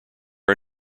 are